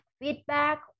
feedback